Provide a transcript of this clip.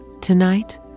tonight